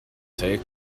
take